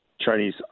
Chinese